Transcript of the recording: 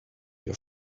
your